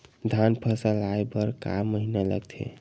धान फसल आय बर कय महिना लगथे?